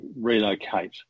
relocate